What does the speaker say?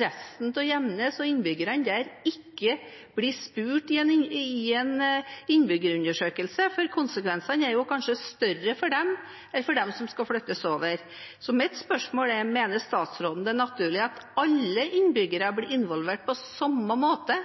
resten av innbyggerne i Gjemnes ikke blir spurt i en innbyggerundersøkelse. Konsekvensen er kanskje større for dem enn for dem som skal flyttes over. Mitt spørsmål er: Mener statsråden det er naturlig at alle innbyggere blir involvert på samme måte?